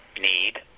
need